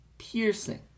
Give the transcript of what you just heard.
piercing